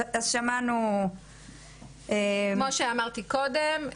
אז שמענו --- כמו שאמרתי קודם,